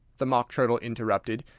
the mock turtle interrupted,